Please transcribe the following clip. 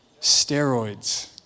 Steroids